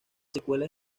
secuelas